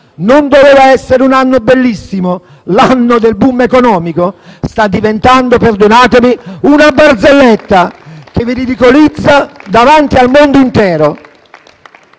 non doveva essere un anno bellissimo, l'anno del *boom* economico? Questa sta diventando - perdonatemi - una barzelletta che vi ridicolizza davanti al mondo intero.